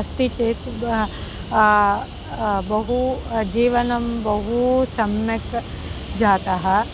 अस्ति चेत् बहु बहु जीवनं बहु सम्यक् जातः